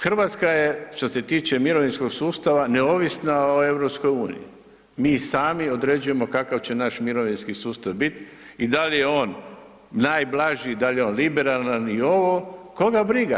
Hrvatska je što se tiče mirovinskog sustava neovisna o EU, mi sami određujemo kakav će naš mirovinski sustav bit i da li je on najblaži, da li je on liberalan i ovo, koga briga.